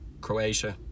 Croatia